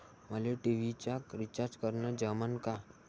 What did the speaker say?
मले टी.व्ही चा रिचार्ज करन जमन का?